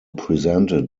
presented